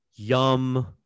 Yum